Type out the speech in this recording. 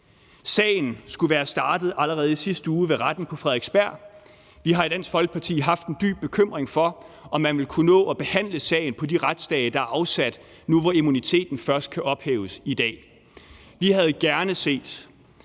Sagen skulle være startet allerede i sidste uge ved retten på Frederiksberg. Vi har i Dansk Folkeparti haft en dyb bekymring for, om man ville kunne nå at behandle sagen på de retsdage, der er afsat, nu hvor immuniteten først kan ophæves i dag. Vi havde gerne set,